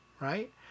right